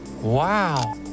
Wow